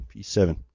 P7